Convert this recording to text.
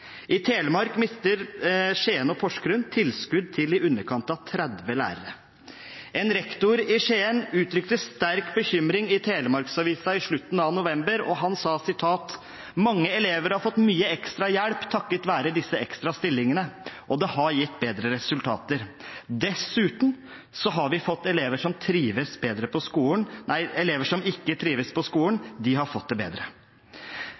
I Telemark mister Skien og Porsgrunn tilskudd til i underkant av 30 lærere. En rektor i Skien uttrykte sterk bekymring i Telemarksavisa i slutten av november. Han sa: «Mange elever har fått mye ekstra hjelp takket være disse ekstra stillingene. Og det har gitt bedre resultater. Dessuten har elever som ikke trives på skolen,